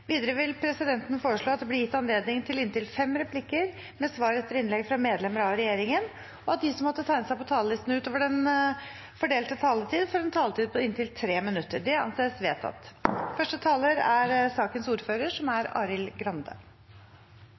Videre vil presidenten foreslå at det – innenfor den fordelte taletid – blir gitt anledning til inntil fem replikker med svar etter innlegg fra medlemmer av regjeringen, og at de som måtte tegne seg på talerlisten utover den fordelte taletid, får en taletid på inntil 3 minutter. – Det anses vedtatt.